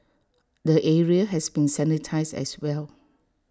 the area has been sanitise as well